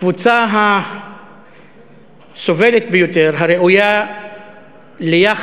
הקבוצה הסובלת ביותר הראויה ליחס